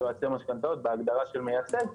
כיועצי משכנתאות בהגדרה של מייצג,